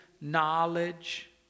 knowledge